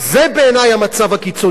זה בעיני המצב הקיצוני,